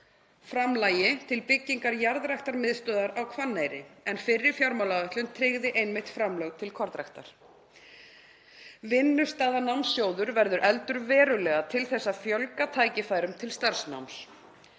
til byggingar jarðræktarmiðstöðvar á Hvanneyri en fyrri fjármálaáætlun tryggði einmitt framlög til kornræktar. Vinnustaðanámssjóður verður efldur verulega til að fjölga tækifærum til starfsnáms.